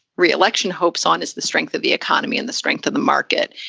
re-election hopes on is the strength of the economy and the strength of the market.